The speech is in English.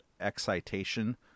Excitation